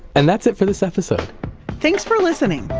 and that's it for this episode thanks for listening.